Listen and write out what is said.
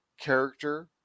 character